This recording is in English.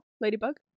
ladybug